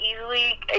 easily